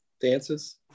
dances